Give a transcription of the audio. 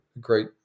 great